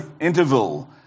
interval